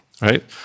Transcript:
Right